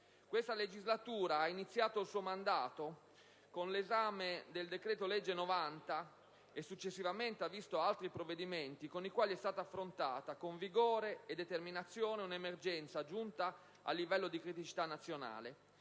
Questa legislatura è iniziata con l'esame del decreto-legge n. 90 del 2008, e successivamente ha visto altri provvedimenti con i quali è stata affrontata con vigore e determinazione un'emergenza giunta a livello di criticità nazionale